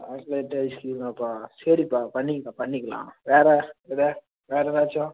chocolate ஐஸ்கிரீமாப்பா சரிப்பா பண்ணிக்கலாம் பண்ணிக்கலாம் வேறு ஏதா வேறு எதாச்சும்